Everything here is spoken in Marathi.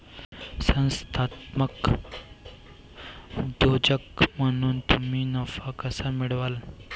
संस्थात्मक उद्योजक म्हणून तुम्ही नफा कसा मिळवाल?